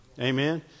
Amen